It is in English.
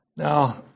Now